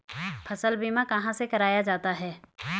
फसल बीमा कहाँ से कराया जाता है?